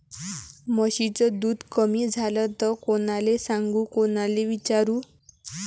म्हशीचं दूध कमी झालं त कोनाले सांगू कोनाले विचारू?